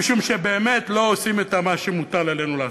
משום שבאמת לא עושים את מה שמוטל עלינו לעשות.